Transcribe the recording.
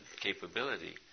capability